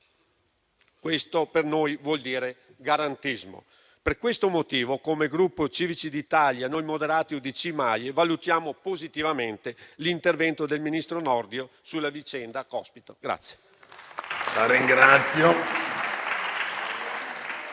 Questo per noi vuol dire garantismo. Per questo motivo, come Gruppo Civici d'Italia-Noi Moderati-UDC-MAIE, valutiamo positivamente l'intervento del ministro Nordio sulla vicenda Cospito.